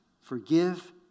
forgive